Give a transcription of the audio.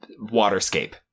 waterscape